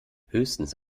höchstens